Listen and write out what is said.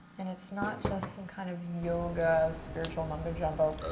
and it's not just some kind of yoga, spiritual mumbo jumbo,